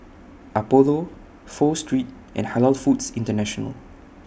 Apollo Pho Street and Halal Foods International